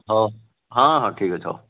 ହଉ ହଁ ହଁ ଠିକ୍ ଅଛି ହଉ